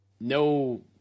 no